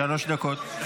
שלוש דקות.